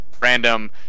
random